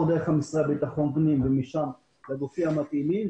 דרך המשרד לביטחון הפנים ומשם לגופים המתאימים.